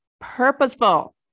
purposeful